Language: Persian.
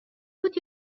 بود